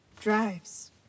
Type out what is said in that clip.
drives